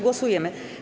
Głosujemy.